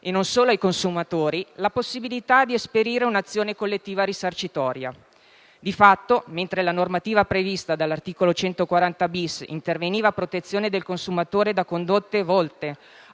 e non solo ai consumatori, la possibilità di esperire un'azione collettiva risarcitoria. Di fatto, mentre la normativa prevista all'articolo 140-*bis* interveniva a protezione del consumatore da condotte volte: